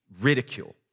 ridicule